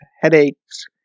headaches